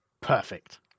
Perfect